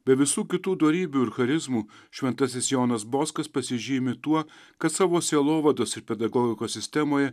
be visų kitų dorybių ir charizmų šventasis jonas boscas pasižymi tuo kad savo sielovados ir pedagogikos sistemoje